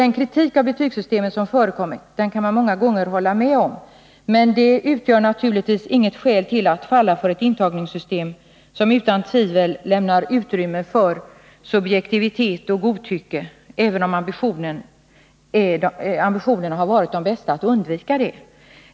Den kritik av betygssystemet som förekommer kan man många gånger instämma i. Men det utgör naturligtvis inget skäl till att falla för ett intagningssystem som utan tvivel lämnar utrymme för subjektivitet och godtycke, även om ambitionerna har varit de bästa för att undvika detta.